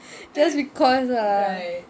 just because lah